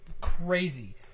Crazy